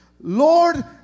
Lord